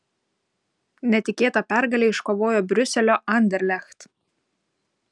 netikėtą pergalę iškovojo briuselio anderlecht